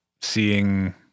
seeing